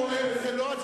זה לא אמון.